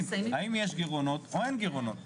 האם יש גירעונות או אין גירעונות.